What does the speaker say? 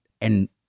and-